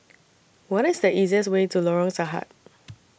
What IS The easiest Way to Lorong Sarhad